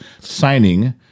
signing